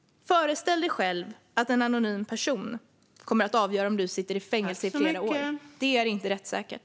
Föreställ dig själv att en anonym person kommer att avgöra om du ska sitta i fängelse i flera år! Det är inte rättssäkert.